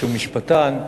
שהוא משפטן,